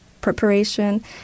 preparation